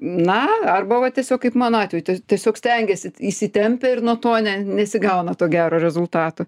na arba va tiesiog kaip mano atveju tiesiog stengiesi įsitempi ir nuo to ne nesigauna to gero rezultato